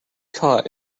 caught